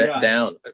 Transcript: down